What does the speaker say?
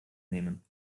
nehmen